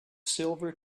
silver